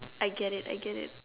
I get it I get it